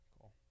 cool